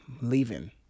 leaving